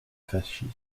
fascisme